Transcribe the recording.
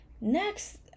next